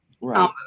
right